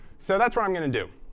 so that's what i'm going to do.